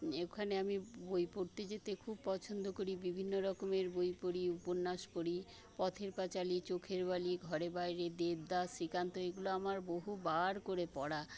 ওখানে আমি বই পড়তে যেতে খুব পছন্দ করি বিভিন্ন রকমের বই পড়ি উপন্যাস পড়ি পথের পাঁচালি চোখের বালি ঘরে বাইরে দেবদাস শ্রীকান্ত এগুলো আমাদের বহু বার করে পড়া